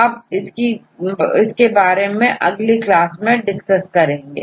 अब इसके बारे में अगली क्लास में डिस्कस करेंगे